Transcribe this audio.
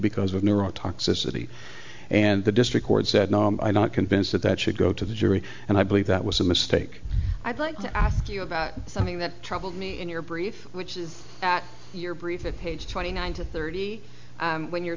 because of neurotoxicity and the district court said i'm not convinced that that should go to the jury and i believe that was a mistake i'd like to ask you about something that troubles me in your brief which is that your briefing page twenty nine to thirty when you're